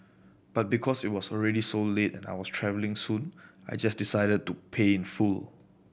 but because it was already so late and I was travelling soon I just decided to pay in full